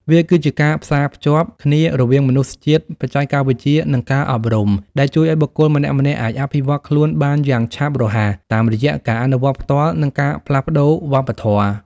វាគឺជាការផ្សារភ្ជាប់គ្នារវាងមនុស្សជាតិ បច្ចេកវិទ្យា និងការអប់រំ ដែលជួយឱ្យបុគ្គលម្នាក់ៗអាចអភិវឌ្ឍខ្លួនបានយ៉ាងឆាប់រហ័ស តាមរយៈការអនុវត្តផ្ទាល់ និងការផ្លាស់ប្តូរវប្បធម៌។